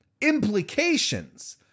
implications